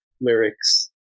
lyrics